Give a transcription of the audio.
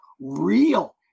real